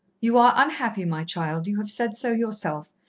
you are unhappy, my child, you have said so yourself,